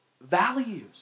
Values